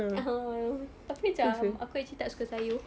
(uh huh) tapi macam aku actually tak suka sayur